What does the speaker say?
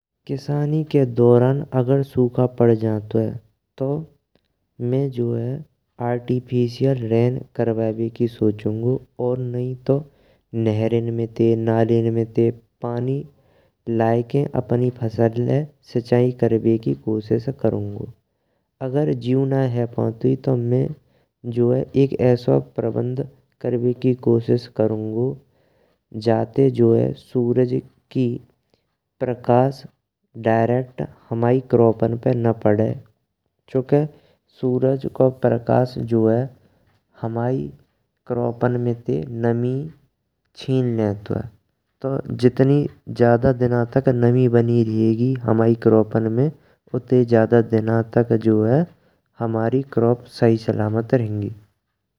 किसानी के दौरान अगर सुखा पर जातुए तो मैं जोये आर्टिफिशल रेन करवावे की सोचुंगो। और नये तो नहर में ते नाले में ते पानी लायेंके अपनी फसलाय सिचाई करवेकि कोशिश करुंगो। अगर जियु नये हेपातेंयुं तो मैं एक ऐसो प्रबंध करबे की कोशिश करुंगो। जातें जो है सूरज की प्रकाश डायरेक्ट हमाये क्रॉपन पे ना पड़े, चूंकि सूरज को प्रकाश जो है हमाई क्रॉपन में ते नमी छीन लटुंये। तो जितनी ज्यादा दिना तक नमी बनी रहगी क्रॉपन में, उत्ते ज्यादा दिना तक जो है हमाई क्रॉप जो है सही सलामत रहंगी।